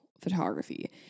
photography